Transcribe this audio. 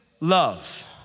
love